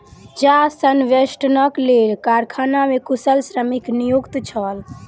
चाह संवेष्टनक लेल कारखाना मे कुशल श्रमिक नियुक्त छल